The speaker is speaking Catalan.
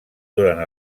durant